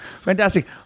fantastic